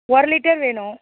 ஒரு லிட்டர் வேணும்